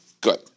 Good